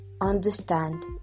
understand